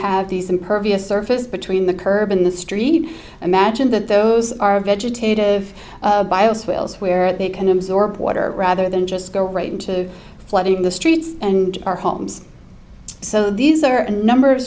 have these impervious surface between the curb in the stream imagine that those are vegetative bios wales where they can absorb water rather than just go right into the flooding in the streets and our homes so these are a number of